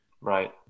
Right